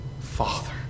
Father